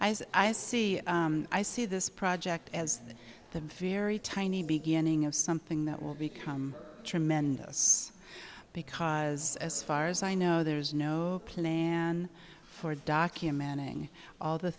i see i see this project as the very tiny beginning of something that will become tremendous because as far as i know there is no plan for documenting all the